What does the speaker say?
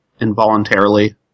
involuntarily